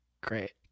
Great